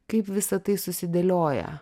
kaip visa tai susidėlioja